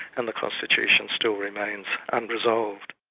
and the constitution still remains unresolved.